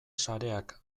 sareak